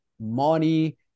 money